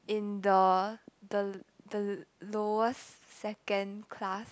in the the the lowest second class